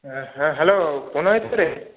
হ্যাঁ হ্যাঁ হ্যালো প্রণয় তো রে